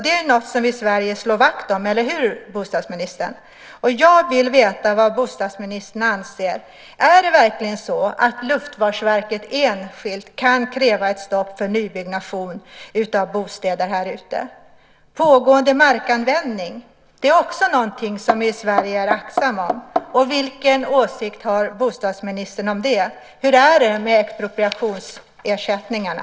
Det är något som vi i Sverige slår vakt om, eller hur, bostadsministern? Jag vill veta vad bostadsministern anser. Kan verkligen Luftfartsverket enskilt kräva ett stopp för nybyggnation av bostäder här ute? Pågående markanvändning är någonting som vi i Sverige är aktsamma om. Vilken åsikt har bostadsministern om det? Hur är det med expropriationsersättningarna?